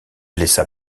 laissa